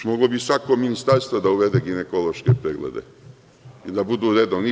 Moglo bi svako ministarstvo da uvede ginekološke preglede i da budu redovni.